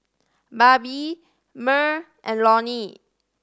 Barbie Merl and Loni